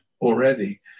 already